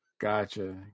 Gotcha